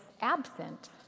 absent